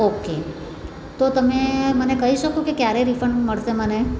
okay તો તમે મને કહી શકો કે ક્યારે રિફંડ મળશે મને